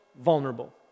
vulnerable